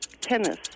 Tennis